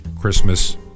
Christmas